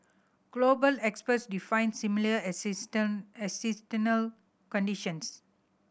global experts define similar conditions